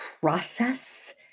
process